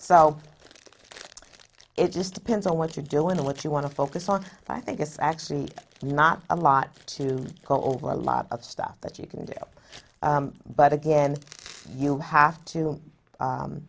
so it just depends on what you're doing what you want to focus on i think it's actually not a lot to go over a lot of stuff that you can do but again you have to